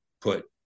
put